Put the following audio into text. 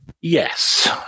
Yes